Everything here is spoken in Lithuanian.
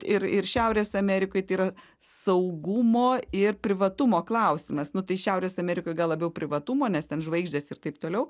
ir ir šiaurės amerikoj tai yra saugumo ir privatumo klausimas nu tai šiaurės amerikoj gal labiau privatumo nes ten žvaigždės ir taip toliau